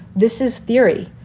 this is theory.